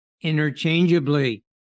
interchangeably